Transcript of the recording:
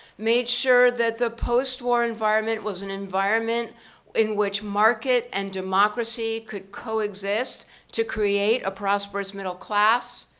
made sure that the post-war environment was an environment in which market and democracy could coexist to create a prosperous middle class.